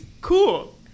cool